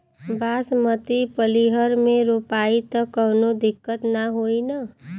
बासमती पलिहर में रोपाई त कवनो दिक्कत ना होई न?